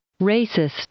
Racist